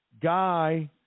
Guy